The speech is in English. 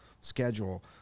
schedule